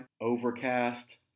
Overcast